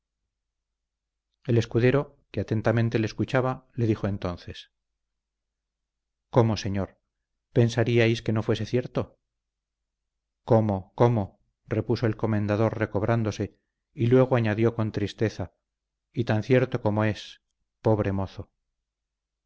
el escudero que atentamente le escuchaba le dijo entonces cómo señor pensaríais que no fuese cierto cómo cómo repuso el comendador recobrándose y luego añadió con tristeza y tan cierto como es pobre mozo